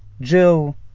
Jill